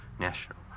national